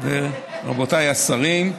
רבותיי השרים.